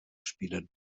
spielen